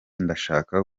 ndashaka